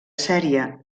sèrie